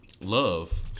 love